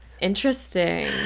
interesting